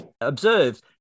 observed